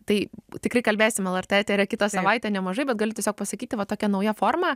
tai tikrai kalbėsim lrt etery kitą savaitę nemažai bet galiu tiesiog pasakyti va tokia nauja forma